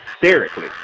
hysterically